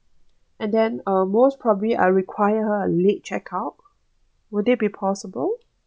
and then um most probably I will require a late check-out would it be possible